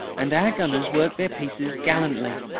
and our gunners worked their pieces gallantly.